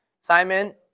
Simon